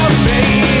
Baby